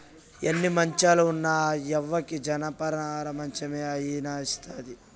ఎన్ని మంచాలు ఉన్న ఆ యవ్వకి జనపనార మంచమే హాయినిస్తాది